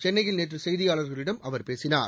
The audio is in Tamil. சென்னையில் நேற்று செய்தியாளர்களிடம் அவர் பேசினார்